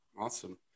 Awesome